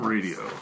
Radio